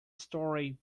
storey